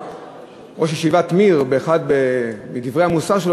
ראש ישיבת "מיר" באחד מדברי המוסר שלו